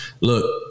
look